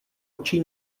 očí